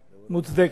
מוצדקת.